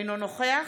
אינו נוכח